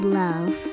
love